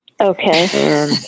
Okay